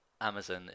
Amazon